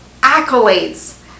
accolades